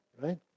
right